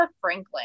Franklin